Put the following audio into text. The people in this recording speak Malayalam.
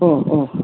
ഓ ഓ